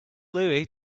louie